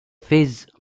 phase